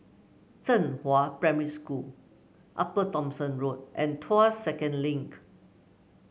Zhenghua Primary School Upper Thomson Road and Tuas Second Link